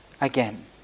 again